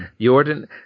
Jordan